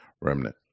Remnant